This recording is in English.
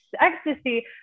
ecstasy